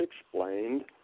explained